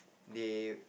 they